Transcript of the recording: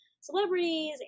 celebrities